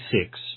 six